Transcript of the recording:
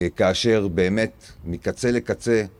כאשר באמת מקצה לקצה